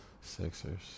Sixers